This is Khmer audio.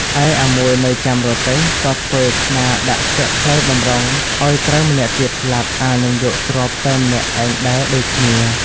ឯអាមួយនៅ ចាំរទេះក៏ធ្វើខ្នារដាក់ស្ទាក់ផ្លូវបម្រុងឱ្យត្រូវម្នាក់ទៀតស្លាប់អាល់នឹងយកទ្រព្យតែម្នាក់ឯងដែរដូចគ្នា។